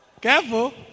Careful